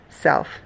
self